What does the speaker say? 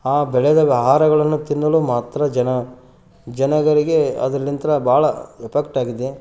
ಆ ಬೆಳೆದ ಆಹಾರಗಳನ್ನು ತಿನ್ನಲು ಮಾತ್ರ ಜನ ಜನಗಳಿಗೆ ಅದರ ನಂತರ ಭಾಳ ಎಪೆಕ್ಟಾಗಿದೆ